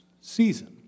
season